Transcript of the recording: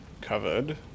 covered